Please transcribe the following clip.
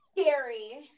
Scary